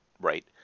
Right